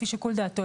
לפי שיקול דעתו,